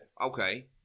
Okay